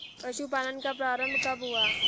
पशुपालन का प्रारंभ कब हुआ?